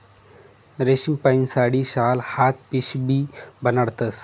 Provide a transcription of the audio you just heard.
रेशीमपाहीन साडी, शाल, हात पिशीबी बनाडतस